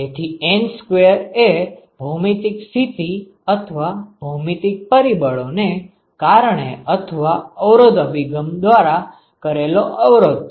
તેથી N2 એ ભૌમિતિક સ્થિતિ અથવા ભૌમિતિક પરિબળો ને કારણે અથવા અવરોધ અભિગમ દ્વારા કરેલો અવરોધ છે